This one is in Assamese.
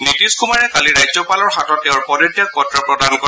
নীতিশ কুমাৰে কালি ৰাজ্যপালৰ হাতত তেওঁৰ পদত্যাগ পত্ৰ প্ৰদান কৰে